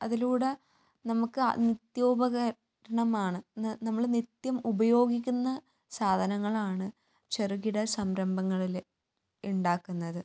അതിലൂടെ നമുക്ക് നിത്യോപകരണമാണ് നമ്മൾ നിത്യം ഉപയോഗിക്കുന്ന സാധനങ്ങളാണ് ചെറുകിട സംരംഭങ്ങളിൽ ഉണ്ടാക്കുന്നത്